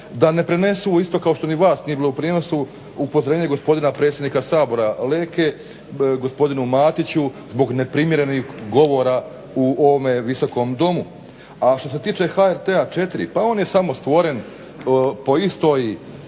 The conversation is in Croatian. da ne prenesu isto kao što ni vas nije bilo u prijenosu upozorenje gospodina predsjednika Sabora Leke gospodinu Matiću zbog neprimjerenih govora u ovome Visokom domu. A što se tiče HRT4 pa on je samo stvoren po istom